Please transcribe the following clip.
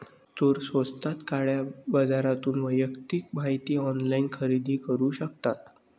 चोर स्वस्तात काळ्या बाजारातून वैयक्तिक माहिती ऑनलाइन खरेदी करू शकतात